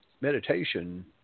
meditation